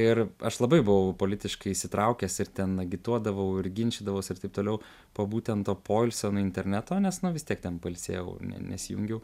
ir aš labai buvau politiškai įsitraukęs ir ten agituodavau ir ginčydavaus ir taip toliau po būtent to poilsio nuo interneto nes na vis tiek ten pailsėjau ne nesijungiau